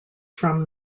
from